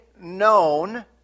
known